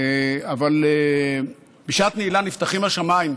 אבל בשעת נעילה נפתחים השמיים,